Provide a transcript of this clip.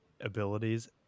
abilities